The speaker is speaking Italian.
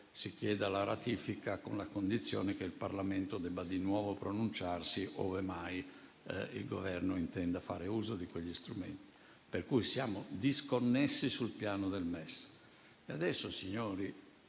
si chieda la ratifica con la condizione che il Parlamento debba di nuovo pronunciarsi ove mai il Governo intendesse fare uso di quegli strumenti). Pertanto, siamo disconnessi sul piano del MES.